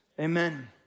Amen